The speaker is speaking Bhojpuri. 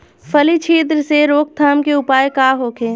फली छिद्र से रोकथाम के उपाय का होखे?